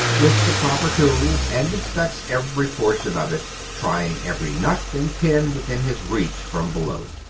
with the proper tools, and inspects every portion of it, trying every nut and pin within his reach from below.